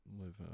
live